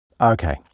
Okay